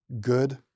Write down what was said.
good